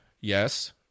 Yes